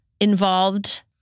involved